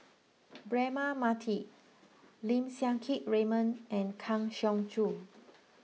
Braema Mathi Lim Siang Keat Raymond and Kang Siong Joo